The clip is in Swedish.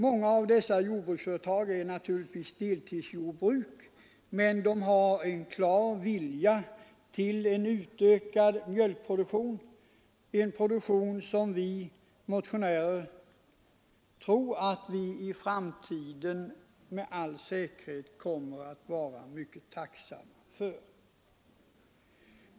Många av dessa jordbruksföretag är naturligtvis deltidsjordbruk, men jordbrukarna har en klar vilja att öka sin mjölkproduktion, en produktion som vi motionärer tror att alla i framtiden kommer att vara mycket tacksamma för.